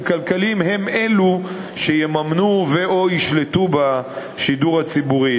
כלכליים יהיו אלה שיממנו או ישלטו בשידור הציבורי.